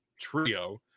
trio